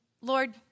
Lord